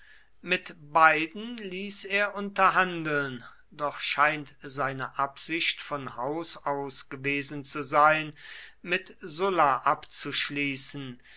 mit beiden ließ er unterhandeln doch scheint seine absicht von haus aus gewesen zu sein mit sulla abzuschließen